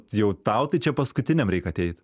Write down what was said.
jau tau tai čia paskutiniam reik ateit